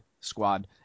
squad